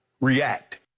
react